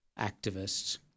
activists